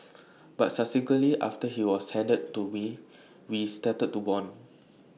but subsequently after he was handed to me we started to Bond